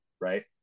right